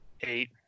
Eight